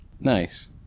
Nice